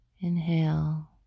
Inhale